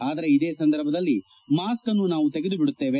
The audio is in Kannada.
ಆದರೆ ಇದೇ ಸಂದರ್ಭದಲ್ಲೇ ಮಾಸ್ಕ್ ಅನ್ನು ನಾವು ತೆಗೆದುಬಿಡುತ್ತೇವೆ